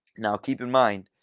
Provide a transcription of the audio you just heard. now keep in mind,